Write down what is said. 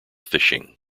fishing